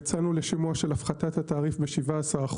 יצאנו לשימוע של הפחתת התעריף ב-17%,